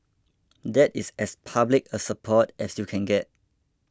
that is as public a support as you can get